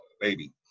baby